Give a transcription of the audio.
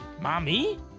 Mommy